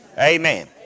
amen